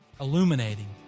illuminating